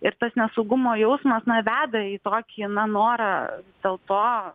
ir tas nesaugumo jausmas na veda į tokį na norą dėl to